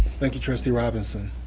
thank you, trustee robinson.